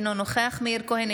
אינו נוכח מאיר כהן,